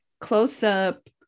close-up